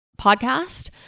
podcast